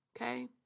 Okay